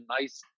nice